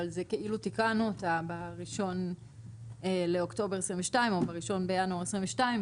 אבל זה כאילו תיקנו אותה ב-1 באוקטובר 2022 או ב-1 בינואר 2022,